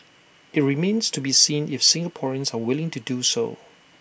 IT remains to be seen if Singaporeans are willing to do so